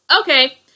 Okay